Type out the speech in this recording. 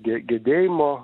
ge gedėjimo